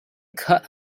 cut